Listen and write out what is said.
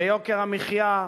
ביוקר המחיה,